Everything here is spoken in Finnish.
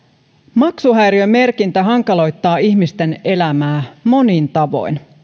maksuhäiriömerkintä hankaloittaa ihmisten elämää monin tavoin